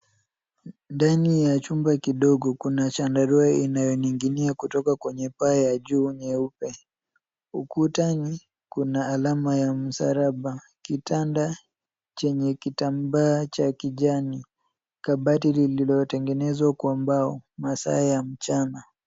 Ndani ya chumba kidogo kuna chandarua kinachoninginia kutoka kwenye paa ya juu nyeupe. Ukutani kuna alama ya msalaba. Kitanda chenye kitambaa cha kijani. Kabati lililotengenezwa kwa mbao. Masaa ya mchana.